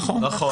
נכון.